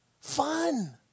fun